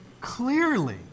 clearly